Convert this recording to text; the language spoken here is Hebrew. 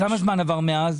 כמה זמן עבר מאז?